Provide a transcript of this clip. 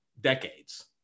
decades